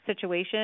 situation